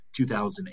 2008